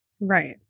Right